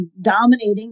dominating